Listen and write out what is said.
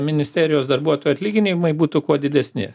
ministerijos darbuotojų atlyginimai būtų kuo didesni